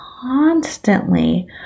constantly